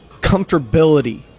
comfortability